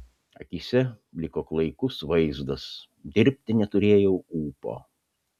akyse liko klaikus vaizdas dirbti neturėjau ūpo